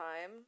time